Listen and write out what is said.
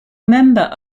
member